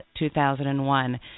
2001